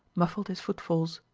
muffled his footfalls.